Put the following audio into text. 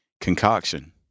concoction